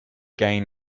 gain